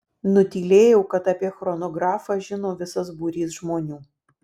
nutylėjau kad apie chronografą žino visas būrys žmonių